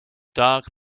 dark